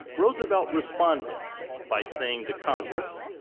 roosevelt responded by saying to congress,